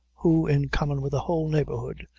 who, in common with the whole neighborhood,